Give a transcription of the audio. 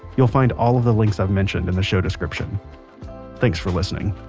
you'll find all of the links i've mentioned in the show description thanks for listening